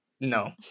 no